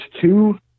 two